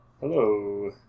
Hello